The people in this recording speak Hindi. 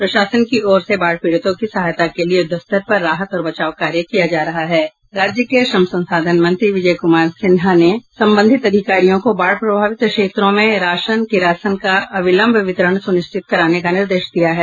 प्रशासन की ओर से बाढ़ पीड़ितों की सहायता के लिए युद्धस्तर पर राहत और बचाव कार्य किया जा रहा है राज्य के श्रम संसाधन मंत्री विजय कुमार सिन्हा ने संबंधित अधिकारियों को बाढ़ प्रभावित क्षेत्रों में राशन किरासन का अभिलंब वितरण सुनिश्चित कराने का निर्देश दिया है